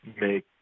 make